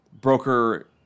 broker